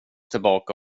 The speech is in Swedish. tillbaka